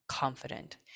Confident